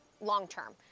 long-term